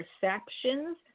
perceptions